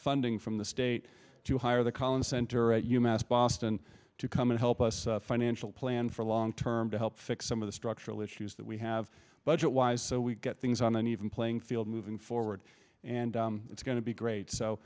funding from the state to hire the collin center at u mass boston to come and help us financial plan for long term to help fix some of the structural issues that we have budget wise so we've got things on an even playing field moving forward and it's going to be great so